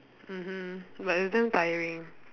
mmhmm but it's damn tiring